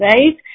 Right